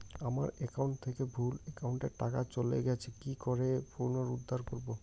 আমার একাউন্ট থেকে ভুল একাউন্টে টাকা চলে গেছে কি করে পুনরুদ্ধার করবো?